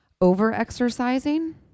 over-exercising